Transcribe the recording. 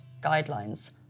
guidelines